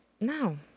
No